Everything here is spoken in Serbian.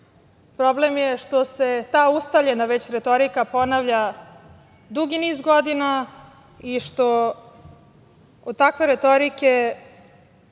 Problem je što se ta ustaljena već retorika ponavlja dugi niz godina i što od takve retorike